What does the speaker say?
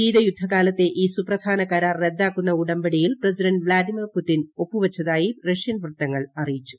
ശീതയുദ്ധകാലത്തെ ഈ സുപ്രധാന കരാർ റദ്ദാക്കുന്ന ഉടമ്പടിയിൽ പ്രസിഡന്റ് വ്ളാഡിമർ പുടിൻ ഒപ്പുവച്ചതായി റഷ്യൻ വൃത്തങ്ങൾ അറിയിച്ചു